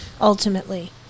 ultimately